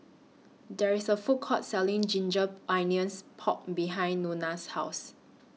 There IS A Food Court Selling Ginger Onions Pork behind Nona's House